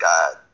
God